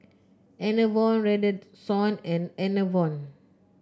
Enervon Redoxon and Enervon